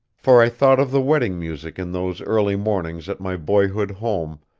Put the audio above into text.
for i thought of the wedding music in those early mornings at my boyhood home,